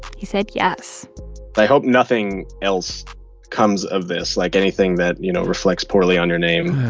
he said yes i hope nothing else comes of this, like, anything that, you know, reflects poorly on your name